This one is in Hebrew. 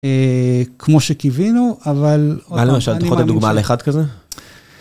כמו שקיווינו, אבל אני מאמין ש... מה למשל, אתה יכול לדוגמא על אחד כזה?